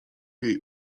jej